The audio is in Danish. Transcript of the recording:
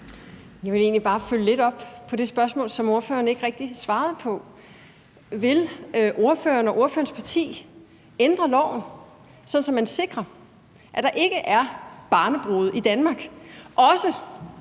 Jeg vil egentlig bare følge lidt op på det spørgsmål, som ordføreren ikke rigtig svarede på: Vil ordføreren og ordførerens parti ændre loven, sådan at man sikrer, at der ikke er barnebrude i Danmark,